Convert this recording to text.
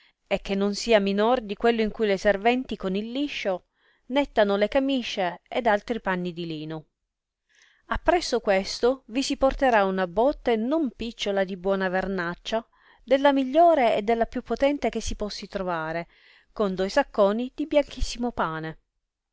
e che non sia minor di quello in cui le serventi con il liscio nettano le camiscie ed altri panni di lino appresso questo vi si porterà una botte non picciola di buona vernaccia della migliore e della più polente che si possi trovare con doi sacconi di bianchissimo pane